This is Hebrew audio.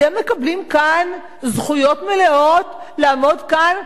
אתם מקבלים כאן זכויות מלאות לעמוד כאן,